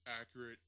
accurate